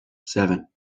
seven